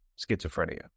schizophrenia